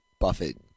Buffett